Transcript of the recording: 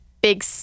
big